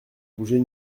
bouger